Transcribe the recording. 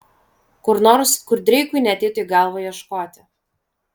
kur nors kur dreikui neateitų į galvą ieškoti